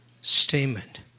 statement